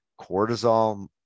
cortisol